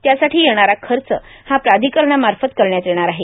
त्यासाठी येणार खर्च हा प्राधिकरणामार्फत करण्यात येणार आहे